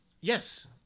yes